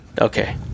Okay